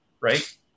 right